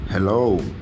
Hello